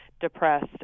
depressed